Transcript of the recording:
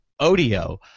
Odeo